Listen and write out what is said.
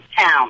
town